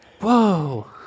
whoa